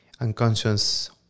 unconscious